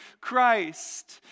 Christ